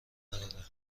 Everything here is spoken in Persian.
نداره